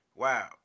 Wow